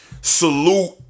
Salute